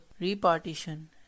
repartition